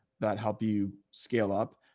that help you scale up?